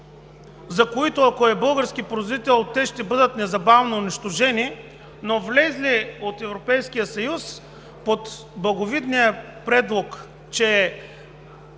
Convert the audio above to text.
за които, ако е български производител, ще бъдат незабавно унищожени, но влезли от Европейския съюз под благовидния предлог, че